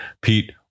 pete